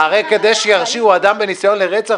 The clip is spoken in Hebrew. -- הרי כדי שירשיעו אדם בניסיון לרצח